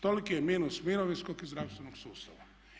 Toliki je minus mirovinskog i zdravstvenog sustava.